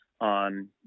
on